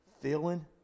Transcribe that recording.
feeling